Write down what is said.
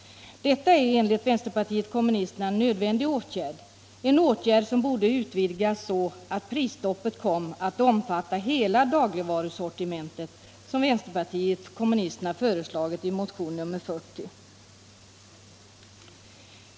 Detta är enligt vänsterpartiet kommunisterna en nödvändig åtgärd, som borde utvidgas så att prisstoppet kom att omfatta hela dagligvarusortimentet, så som vpk har föreslagit i motionen 40.